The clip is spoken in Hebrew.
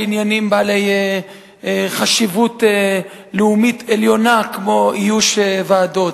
עניינים בעלי חשיבות לאומית עליונה כמו איוש ועדות,